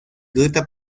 grita